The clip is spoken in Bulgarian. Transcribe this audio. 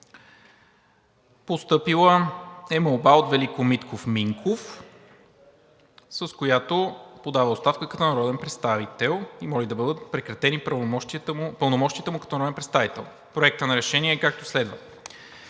Постъпила е молба от Велико Митков Минков, с която подава оставка като народен представител и моли да бъдат прекратени пълномощията му като народен представител. Проектът на решение е, както следва: